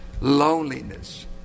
loneliness